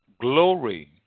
glory